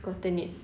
gotten it